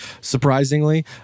surprisingly